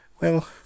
Well